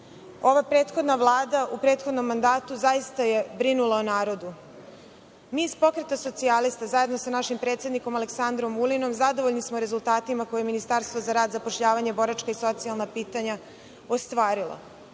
Ova prethodna Vlada u prethodnom mandatu zaista je brinula o narodu. Mi iz Pokreta socijalista, zajedno za našim predsednikom Aleksandrom Vulinom, zadovoljni smo rezultatima koje je Ministarstvo za rad, zapošljavanje, boračka i socijalna pitanja ostvarilo.